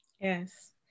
Yes